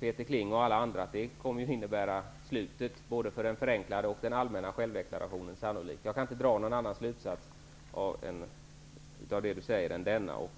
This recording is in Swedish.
Peter Kling och alla andra inser att det sannolikt kommer att innebära slutet både för den förenklade och den allmänna självdeklarationen. Någon annan slutsats kan jag inte dra av det Peter Kling säger.